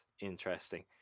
interesting